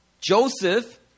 Joseph